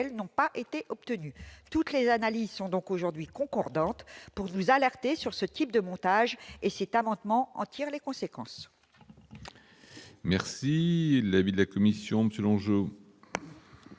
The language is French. n'ont pas été obtenus ». Toutes les analyses sont donc aujourd'hui concordantes pour nous alerter sur ce type de montage. Cet amendement en tire les conséquences. Quel est l'avis de la commission ? Cet